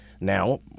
Now